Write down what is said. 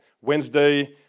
Wednesday